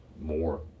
more